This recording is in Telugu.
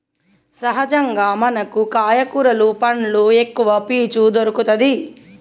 సహజంగా మనకు కాయ కూరలు పండ్లు ఎక్కవ పీచు దొరుకతది